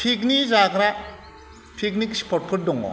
picnic जाग्रा picnic spot फोर दङ